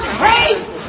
hate